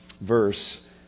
verse